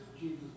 Jesus